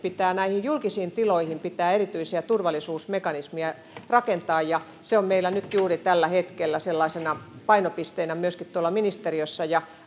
näihin julkisiin tiloihin pitää erityisiä turvallisuusmekanismeja rakentaa se on meillä nyt juuri tällä hetkellä sellaisena painopisteenä myöskin tuolla ministeriössä ja